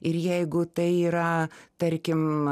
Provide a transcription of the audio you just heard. ir jeigu tai yra tarkim